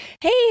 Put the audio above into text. hey